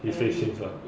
his face change lah